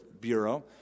Bureau